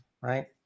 right